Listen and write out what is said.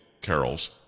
carols